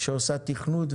שעושה תכנות,